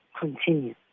continue